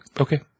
okay